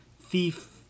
thief